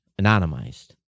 anonymized